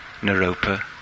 Naropa